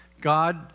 God